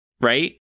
Right